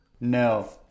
No